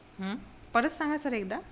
हं परत सांगा सर एकदा